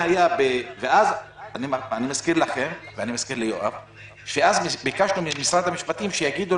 אני מזכיר לכם שאז ביקשנו ממשרד המשפטים שיאמרו